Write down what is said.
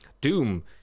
Doom